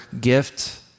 gift